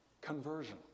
conversion